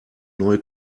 neue